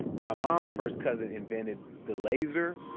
my mom's first cousin invented the laser